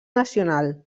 nacional